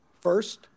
First